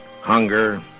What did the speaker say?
hunger